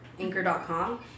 anchor.com